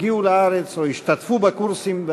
הגיעו לארץ או השתתפו בקורסים,